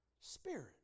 spirit